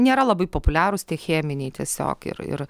nėra labai populiarūs tie cheminiai tiesiog ir ir